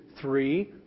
three